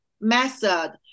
method